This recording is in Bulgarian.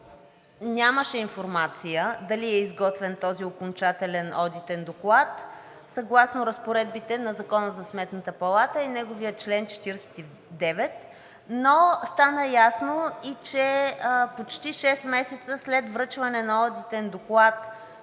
нямаше информация дали е изготвен този окончателен одитен доклад съгласно разпоредбите на Закона за Сметната палата и неговия чл. 49, но стана ясно и че почти шест месеца след връчване на одитен доклад,